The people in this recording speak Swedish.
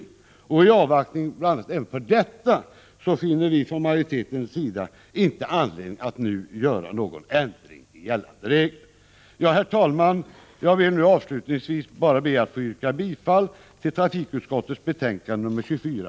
I avvaktan på detta finner vi från majoritetens sida inte anledning att nu göra någon ändring i gällande regler. Herr talman! Jag vill avslutningsvis bara be att få yrka bifall till alla punkter i trafikutskottets hemställan i betänkande 24.